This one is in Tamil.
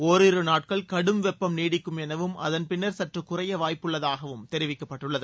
ஒரிரு நாட்கள் கடும் வெப்பம் நீடிக்கும் எனவும் அதன் பின்னர் சற்று குறைய வாய்ப்பு உள்ளதாகவும் தெரிவிக்கப்பட்டுள்ளது